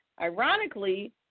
Ironically